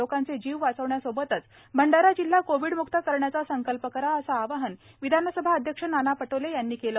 लोकांचे जीव वाचवण्यासोबतच भंडारा जिल्हा कोविडम्क्त करण्याचा संकल्प करा असे आवाहन विधानसभा अध्यक्ष नाना पटोले यांनी केले